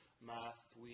Math